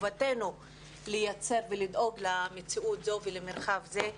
וחובתנו לייצר ולדאוג למציאות זו ולמרחב זה.